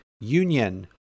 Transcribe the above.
Union